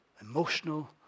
emotional